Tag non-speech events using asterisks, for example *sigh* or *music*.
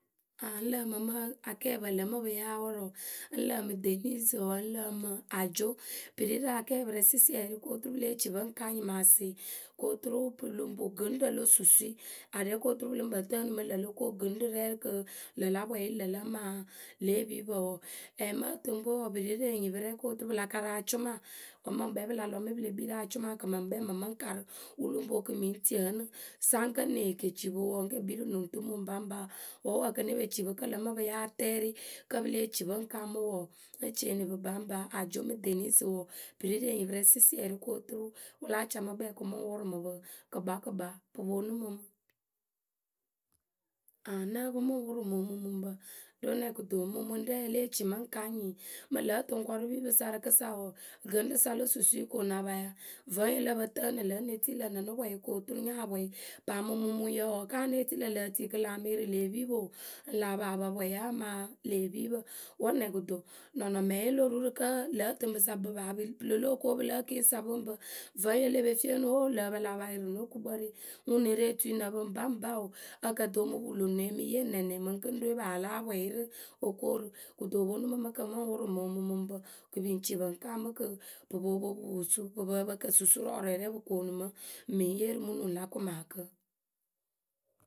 *hesitation* ŋ́ lǝǝmǝ mɨ akɛɛpǝ lǝ mɨ pɨ yáa wʊrʊ ŋ́ lǝǝmɨ Denice wǝ́ ŋ́ lǝqmɨ ajo pǝ ri rǝ akɛɛpǝ rɛ sɩsiɛrɩ kotu pǝ lée ci pɨ ŋ kaŋ nyɩmaasɩ ko turu pɨ lǝŋ pu gɨŋrǝ lo susui aɖɛ kotu pɨ lǝǝ pǝ tǝǝnɨ mɨ ŋlǝ lo ko gɨŋrǝ rɛ kɨ ŋlǝ la pwɩyɩ la maa lě epipǝ wǝǝ, ɛɛ mɨ ǝtɨŋpwe wǝǝ, pǝ ri rǝ enyipǝ rɛ koturu pɨ la karǝ acʊma wǝ́ ŋmɨ ŋkpɛ pɨ la lɔ mɨ pɨ le kpii rǝ acʊma kɨ ŋmǝ ŋkpɛ ŋmǝ mɨ ŋ́ karǝ wǝ lǝŋ poŋ kɨ ŋmɨ ŋ́ tii ǝnǝ. Saŋ kǝ́ ŋ́ nee ke ci pǝ wǝǝ, ŋ́ ke kpìi rǝ nuŋtumu ŋpaŋpa wǝ́ wǝ kǝ́ ŋ́ ne pe ci pɨ kǝ́ ŋlǝ mǝ pɨ yáa tɛɛrɩ kǝ́ pɨ lée ci pɨ ŋ kaŋ mǝ wǝǝ, ŋ́ ne ceeni pɨ baŋpa ajo mɨ denice wǝǝ pɨ ri rǝ enyipǝ rɛ sɩsiɛri koturu wǝ láa c mɨ kpɛɛ kɨ mɨ ŋ́ wʊrʊ mɨ pɨ kɨkpakɨkpa pǝ ponu mɨ mɨ aŋ ŋ́ nǝ́ǝ pɨ mǝ ŋ́ wʊrʊ mɨ omumuŋpǝ ɖo nɛ kɩto? Mumuŋrɛɛ lée ci mɨ ŋ kaŋ nyi; Mǝŋ lǝǝtǝŋ kɔrʊpipǝ sa rɨkɨsa wǝǝ, gɨŋrǝ sa lo susui ko ŋ na pa yaa. Vǝ́ yǝwe lǝ pǝ tǝǝnɨ lǝ̈ wǝ́ ŋ ne tii lǝ̈ nɨ nɨ pwɩyɩ ko oturu nya pwɩyɩ. Paa mɨŋ mumuŋyǝ wǝǝ, kǝ́ ŋ ya née tii lǝ̈ ŋ lǝ̈ e tii kɨ a mɨ yɩrɩ lë epipǝ o, ŋlǝ̈ a paa pa pwɩyɩ a maa lë epipǝ wǝ́ nɛ kɨto? Nɔnɔmeye lo ru kǝ́ lǝ̌ ǝtɨŋpǝ sa ŋpǝ paa pɨ lo lóo ko pɨlǝ ǝkɩŋyǝ sa pɨ ŋ pǝ; Vǝ́ ye le pe fii o nuŋ ho ŋlǝ̈ ǝ pǝ a pa yɩrɩ no gukpǝ re ŋwǝ ŋ ne re oyui ŋ nǝ pǝ ŋpa ŋpa o ǝ kǝ tɨ o mu pu lo nuŋ ǝ mɨ yee nɛnɛ mǝŋ gɨŋrǝwe paa a láa pwɩyɩ rǝ o ko rǝ; Kɨto wǝ ponu mǝ mɨ kɨ mɨ ŋ wʊrʊ mǝ omumuŋpǝ. kɨ pɨ ŋ ci pɨ ŋ kaŋ mǝ kɨ pɨ poo po pu, pɨ pǝǝ pǝ kǝ susurɔɔrɔɔyǝ rɛ pɨ kuoonu mǝ ŋmǝ ŋ́ yee rɨ mɨ nuŋ la kɨmaakǝ.